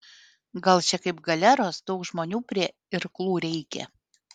gal čia kaip galeros daug žmonių prie irklų reikia